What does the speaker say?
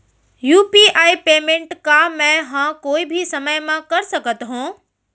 UPI payment का मैं ह कोई भी समय म कर सकत हो?